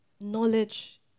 knowledge